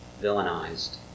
villainized